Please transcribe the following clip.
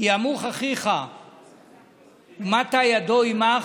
"וכי ימוך אחיך ומטה ידו עמך,